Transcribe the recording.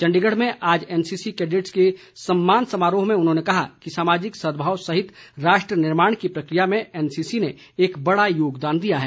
चण्डीगढ़ में आज एनसीसी कैडेटों के सम्मान समारोह में उन्होंने कहा कि सामाजिक सदभाव सहित राष्ट्र निर्माण की प्रक्रिया में एनसीसी ने एक बड़ा योगदान दिया है